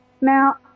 now